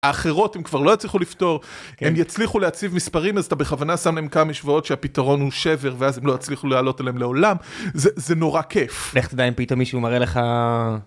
אחרות הם כבר לא צריכו לפתור הם יצליחו להציב מספרים אז אתה בכוונה שם להם כמה שבועות שהפתרון הוא שבר ואז הם לא הצליחו להעלות עליהם לעולם זה זה נורא כיף. לך תדע אם פתאום משהו מראה לך